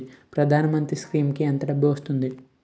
ప్రధాన మంత్రి స్కీమ్స్ కీ ఎంత డబ్బు వస్తుంది?